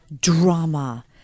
drama